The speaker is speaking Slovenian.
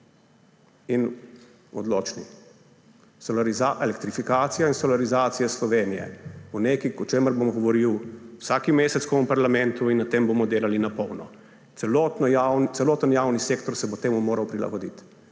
in odločni. Elektrifikacija in solarizacija Slovenije bo nekaj, o čemer bom govoril vsak mesec, ko bom v parlamentu, in na tem bomo delali na polno. Celoten javni sektor se bo temu moral prilagoditi,